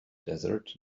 desert